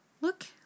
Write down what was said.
look